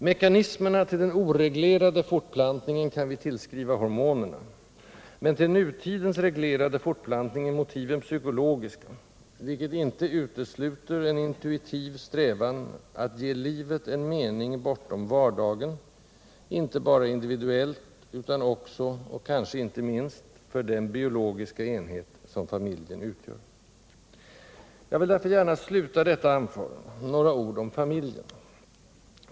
Mekanismerna till den oreglerade fortplantningen kan vi tillskriva hormonerna, men till nutidens reglerade fortplantning är motiven psykologiska, vilket inte utesluter en intuitiv strävan att ge livet en mening bortom vardagen, inte bara individuellt utan också, och kanske inte minst, för den biologiska enhet som familjen utgör. Jag vill därför gärna sluta detta anförande med några ord om familjen.